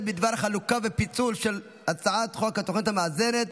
בדבר חלוקה ופיצול של הצעת חוק התוכנית המאזנת